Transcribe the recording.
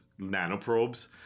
nanoprobes